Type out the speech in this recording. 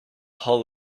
hull